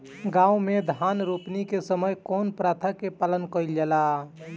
गाँव मे धान रोपनी के समय कउन प्रथा के पालन कइल जाला?